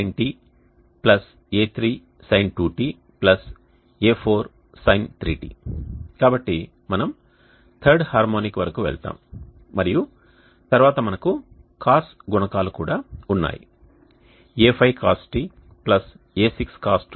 A1A2sinτA3sin2τA4sin3τ కాబట్టి మనం 3rd harmonic వరకు వెళ్తాము మరియు తర్వాత మనకు cos గుణకాలు కూడా ఉన్నాయి A5cosτ A6cos2τA7cos3τ